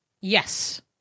Yes